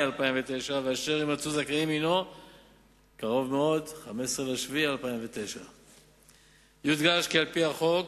2009 ואשר יימצאו זכאים הוא 15 ביולי 2009. יודגש כי על-פי החוק,